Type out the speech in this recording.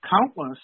countless